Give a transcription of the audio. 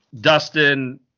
Dustin